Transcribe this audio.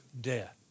death